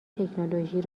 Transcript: تکنولوژی